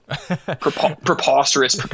preposterous